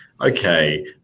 Okay